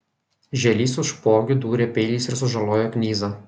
žielys su špogiu dūrė peiliais ir sužalojo knyzą